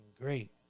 great